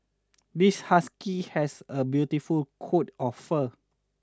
this husky has a beautiful coat of fur